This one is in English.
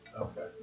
Okay